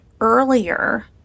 earlier